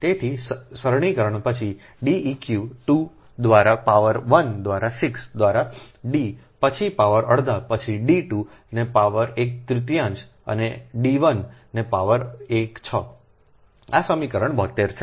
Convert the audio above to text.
તેથી સરળીકરણ પછી D ઇક્યુ 2 દ્વારા પાવર 1 દ્વારા 6 દ્વારા D પછી પાવર અડધા પછી D 2 ને પાવર એક તૃતીયાંશ અને D 1 ને પાવર 1 6 આ સમીકરણ 72 છે